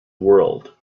world